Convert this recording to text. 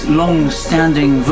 long-standing